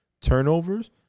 turnovers